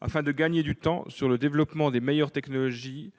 Afin de gagner du temps pour développer de meilleures technologies,